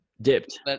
dipped